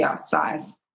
size